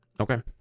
okay